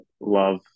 love